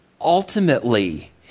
Ultimately